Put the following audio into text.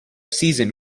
season